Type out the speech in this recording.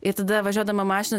ir tada važiuodama mašina